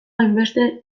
hainbeste